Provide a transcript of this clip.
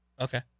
Okay